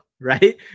right